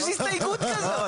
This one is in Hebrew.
יש הסתייגות כזו.